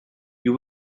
you